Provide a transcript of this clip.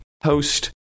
host